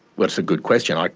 that's a good question. like